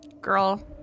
Girl